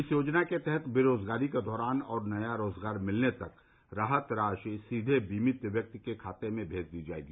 इस योजना के तहत बेरोजगारी के दौरान और नया रोजगार मिलने तक राहत राशि सीधे वीमित व्यक्ति के खाते में मेज दी जाएगी